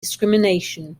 discrimination